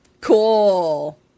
cool